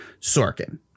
Sorkin